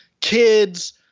Kids